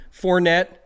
Fournette